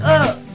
up